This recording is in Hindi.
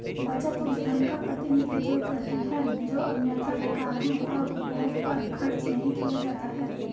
बचत उस धन का प्रतिनिधित्व करती है जो अन्यथा बेकार है और उपभोग पर खर्च नहीं किया जाता है